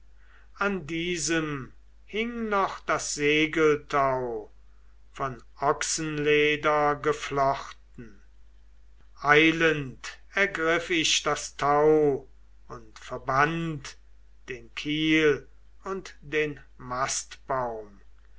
an diesem hing noch das segeltau von ochsenleder geflochten eilend ergriff ich das tau und verband den kiel und den mastbaum